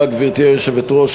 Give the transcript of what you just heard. גברתי היושבת-ראש,